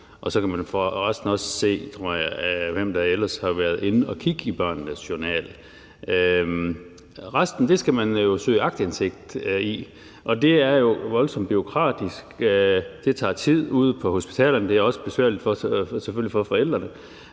Så kan man for resten også se, tror jeg, hvem der ellers har været inde og kigge i børnenes journal. Resten skal man søge aktindsigt i, og det er jo voldsomt bureaukratisk, det tager tid ude på hospitalerne, og det er selvfølgelig også besværligt for forældrene.